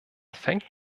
fängt